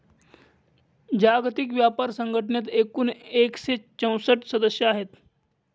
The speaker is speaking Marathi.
जागतिक व्यापार संघटनेत एकूण एकशे चौसष्ट सदस्य आहेत